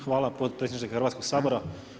Hvala potpredsjedniče Hrvatskog sabora.